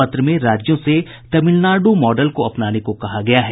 पत्र में राज्यों से तमिलनाडु मॉडल को अपनाने को कहा गया है